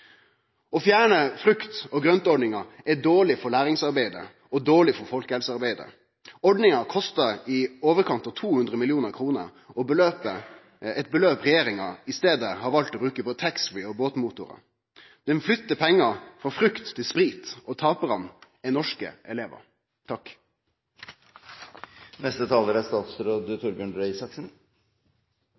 Å fjerne frukt og grønt-ordninga er dårleg for læringsarbeidet og dårleg for folkehelsearbeidet. Ordninga kosta i overkant av 200 mill. kr – eit beløp regjeringa i staden har valt å bruke på taxfree og båtmotorar. Dei flyttar pengar frå frukt til sprit, og taparane er norske elevar.